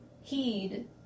heed